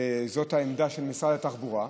וזו העמדה של משרד התחבורה,